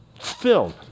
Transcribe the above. Filled